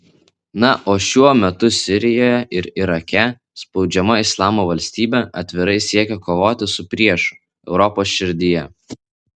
na o šiuo metu sirijoje ir irake spaudžiama islamo valstybė atvirai siekia kovoti su priešu europos širdyje